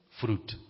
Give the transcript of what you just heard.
fruit